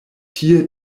tie